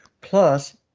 plus